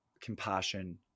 compassion